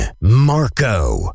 Marco